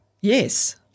Yes